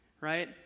Right